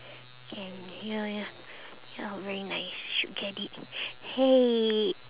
can ya ya ya very nice should get it !hey!